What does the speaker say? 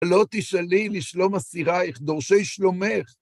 הלא תשאלי לשלום אסירייך, דורשי שלומך.